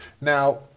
Now